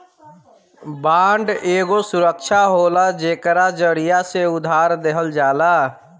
bond एगो सुरक्षा होला जेकरा जरिया से उधार देहल जाला